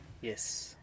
Yes